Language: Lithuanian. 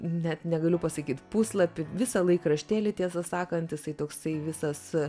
net negaliu pasakyti puslapį visą laikraštėlį tiesą sakant jisai toksai visas